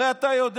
הרי אתה יודע,